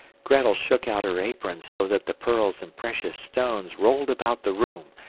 grettel shook out her apron so that the pearls and precious stones rolled about the room,